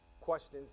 questions